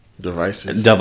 devices